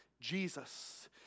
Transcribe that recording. Jesus